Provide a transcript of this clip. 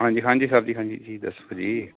ਹਾਂਜੀ ਹਾਂਜੀ ਸਰ ਜੀ ਹਾਂਜੀ ਜੀ ਦੱਸੋ ਜੀ